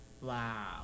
Wow